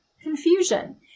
confusion